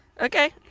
Okay